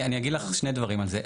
אני אגיד לך שני דברים על זה.